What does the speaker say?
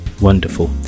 wonderful